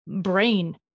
brain